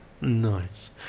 Nice